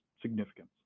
significance